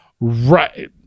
right